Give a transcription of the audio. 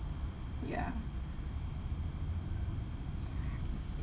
ya